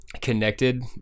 connected